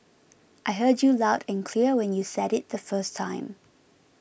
I heard you loud and clear when you said it the first time